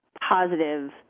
positive